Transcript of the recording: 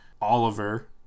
oliver